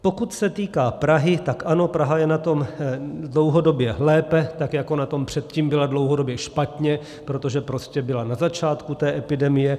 Pokud se týká Prahy, tak ano, Praha je na tom dlouhodobě lépe tak jako na tom předtím byla dlouhodobě špatně, protože prostě byla na začátku té epidemie.